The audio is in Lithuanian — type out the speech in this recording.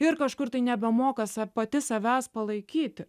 ir kažkur tai nebemoka sa pati savęs palaikyti